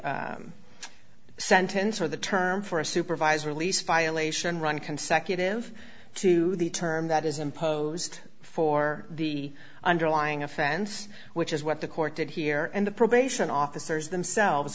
the sentence or the term for a supervised release violation run consecutive to the term that is imposed for the underlying offense which is what the court did here and the probation officers themselves